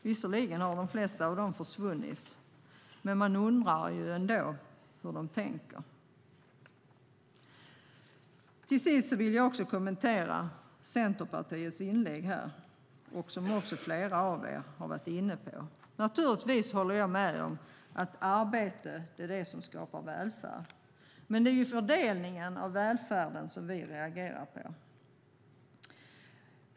Visserligen har de flesta av dem försvunnit, men jag undrar ändå hur de tänker. Till sist vill jag kommentera Centerpartiets inlägg, som flera av er också har varit inne på. Jag håller naturligtvis med om att arbete är det som skapar välfärd. Men det är ju fördelningen av välfärden som vi reagerar på.